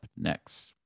next